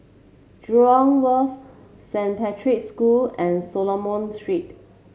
Jurong Wharf Saint Patrick's School and Solomon Street